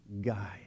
guide